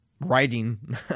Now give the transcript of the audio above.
writing